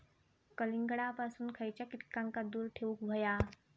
कलिंगडापासून खयच्या कीटकांका दूर ठेवूक व्हया?